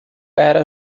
era